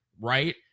Right